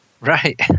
Right